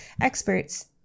experts